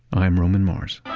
i'm roman mars